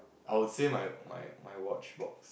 I would say my my my watch box